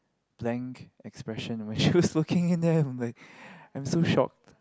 blank expression which I choose looking in them like I'm so shocked